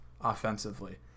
offensively